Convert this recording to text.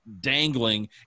dangling